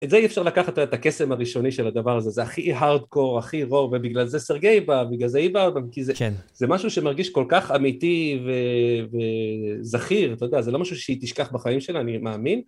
את זה אי אפשר לקחת, אתה יודע, את הקסם הראשוני של הדבר הזה, זה הכי הרדקור, הכי row, ובגלל זה סרגי בא, ובגלל זה היא באה, כי זה משהו שמרגיש כל כך אמיתי וזכיר, אתה יודע, זה לא משהו שהיא תשכח בחיים שלה, אני מאמין.